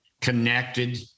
connected